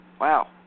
Wow